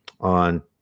on